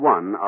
One